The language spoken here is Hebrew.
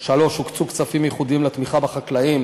3. הוקצו כספים ייחודיים לתמיכה בחקלאים